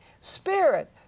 spirit